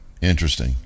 Interesting